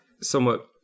somewhat